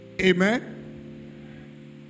Amen